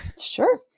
Sure